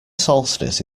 solstice